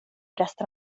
resten